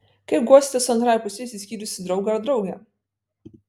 kaip guosite su antrąja puse išsiskyrusį draugą ar draugę